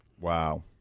Wow